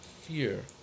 fear